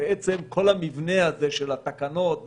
בעצם כל המבנה הזה של התקנות,